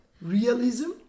realism